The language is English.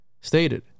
stated